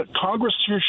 Congress